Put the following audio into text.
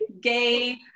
gay